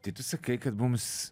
tai tu sakai kad mums